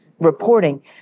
reporting